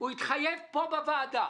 הוא התחייב פה בוועדה